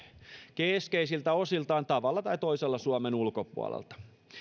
keskeisiltä osiltaan tavalla tai toisella suomen ulkopuolelta